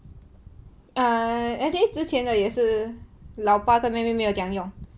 err actually 之前的也是老爸的妹妹没有怎样用